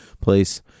place